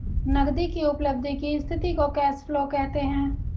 नगदी की उपलब्धि की स्थिति को कैश फ्लो कहते हैं